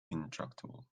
intractable